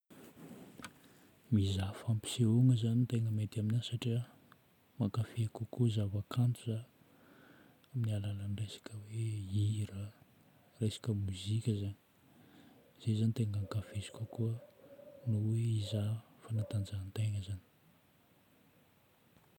Mizaha fampisehoana zagny tegna mety aminahy satria mankafy kokoa zava-kanto za amin'ny alalan'ny resaka hoe hira, resaka mozika zagny. Zay zagny tegna ankafiziko kokoa noho hoe hizaha fanatanjahan-tegna zagny.